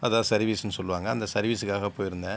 அதுதான் சர்வீஸ்னு சொல்லுவாங்கள் அந்த சர்வீஸுக்காக போயிருந்தேன்